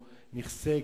,